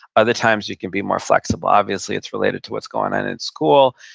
other times, you can be more flexible. obviously it's related to what's going on at school.